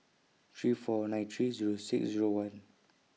three four nine three Zero six Zero one